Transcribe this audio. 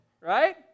Right